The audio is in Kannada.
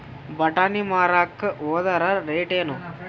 ಬಟಾನಿ ಮಾರಾಕ್ ಹೋದರ ರೇಟೇನು?